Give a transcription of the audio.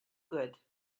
good